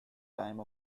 time